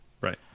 Right